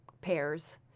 pairs